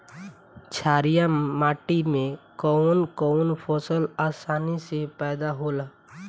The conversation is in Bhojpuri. छारिया माटी मे कवन कवन फसल आसानी से पैदा होला?